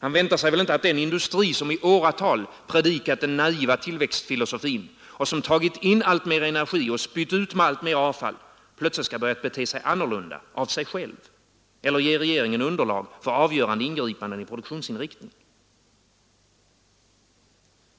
Han väntar sig väl inte att den industri, som i åratal predikat den naiva tillväxtfilosofin och som tagit in alltmer energi och spytt ut alltmer avfall, plötsligt skall börja bete sig annorlunda av sig själv eller ge regeringen underlag för avgörande ingripanden i produktionsinriktningen?